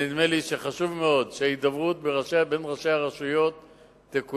נדמה לי שחשוב מאוד שההידברות בין ראשי הרשויות תקוים,